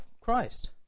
Christ